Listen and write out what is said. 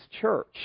church